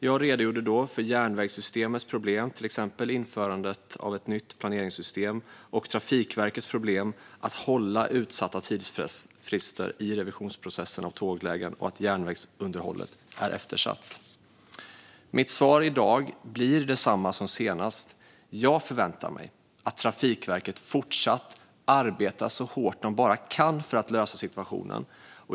Jag redogjorde då för järnvägssystemets problem, till exempel införandet av ett nytt planeringssystem och Trafikverkets problem med att hålla utsatta tidsfrister i revisionsprocessen för tåglägen och att järnvägsunderhållet är eftersatt. Mitt svar i dag blir detsamma som senast, att jag förväntar mig att Trafikverket fortsatt arbetar så hårt de bara kan för att lösa situationen.